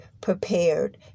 prepared